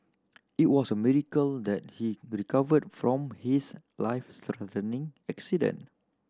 it was a miracle that he recovered from his life accident